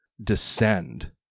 descend